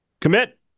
commit